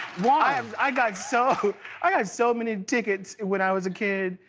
why? um i got so i got so many tickets when i was a kid.